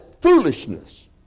foolishness